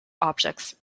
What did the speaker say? objects